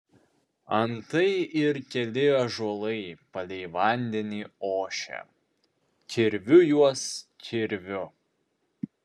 antai ir keli ąžuolai palei vandenį ošia kirviu juos kirviu